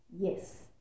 yes